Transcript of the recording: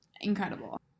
incredible